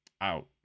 out